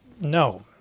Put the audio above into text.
no